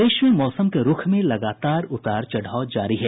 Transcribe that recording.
प्रदेश में मौसम के रूख में लगातार उतार चढ़ाव जारी है